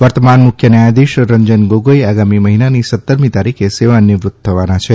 વર્તમાન મુખ્ય ન્યાયાધીશ રંજન ગોગોઇ આગામી મહિનાની સત્તરમી તારીખે સેવા નિવૃત થયા છે